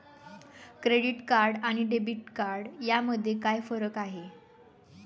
Credit card आणि debit card यामध्ये काय फरक आहे?